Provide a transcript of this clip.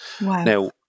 Now